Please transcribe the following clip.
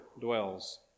dwells